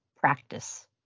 practice